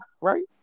right